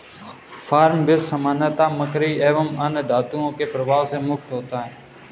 farm fish सामान्यतः mercury एवं अन्य धातुओं के प्रभाव से मुक्त होता है